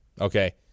Okay